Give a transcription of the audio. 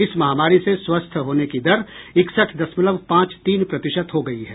इस महामारी से स्वस्थ होने की दर इकसठ दशमलव पांच तीन प्रतिशत हो गई है